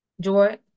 Joy